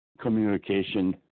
communication